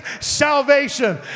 salvation